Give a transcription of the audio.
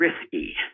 risky